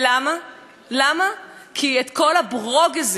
כי את כל הברוגזים ואת כל האי-שלמות, ואת